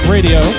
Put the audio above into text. Radio